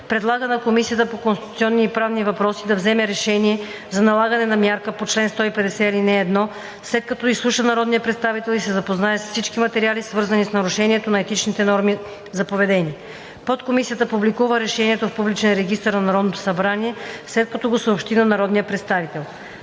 предлага на Комисията по конституционни и правни въпроси да вземе решение за налагане на мярка по чл. 150, ал. 1, след като изслуша народния представител и се запознае с всички материали, свързани с нарушението на етичните норми за поведение. Подкомисията публикува решението в публичен регистър на Народното събрание, след като го съобщи на народния представител.